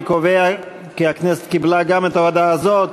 אני קובע כי הכנסת קיבלה גם את ההודעה הזאת.